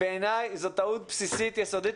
בעיני זו טעות בסיסית יסודית,